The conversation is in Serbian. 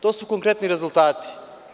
To su konkretni rezultati.